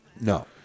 No